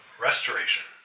restoration